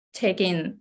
taking